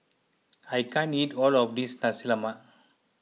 I can't eat all of this Nasi Lemak